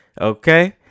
okay